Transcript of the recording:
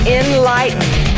enlightened